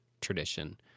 tradition